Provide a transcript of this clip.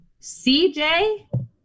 CJ